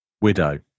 Widow